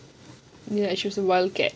ya she was a wildcat